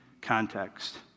context